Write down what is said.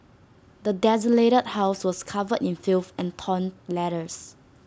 the desolated house was covered in filth and torn letters